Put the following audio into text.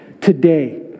today